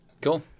Cool